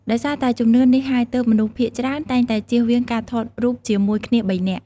ដោយសារតែជំនឿនេះហើយ ទើបមនុស្សភាគច្រើនតែងតែជៀសវាងការថតរូបជាមួយគ្នាបីនាក់។